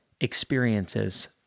experiences